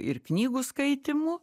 ir knygų skaitymu